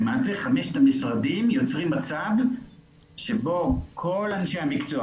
למעשה חמשת המשרדים יוצרים מצב שבו כל אנשי המקצוע,